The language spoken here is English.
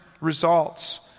results